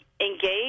engage